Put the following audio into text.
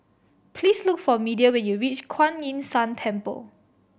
please look for Media when you reach Kuan Yin San Temple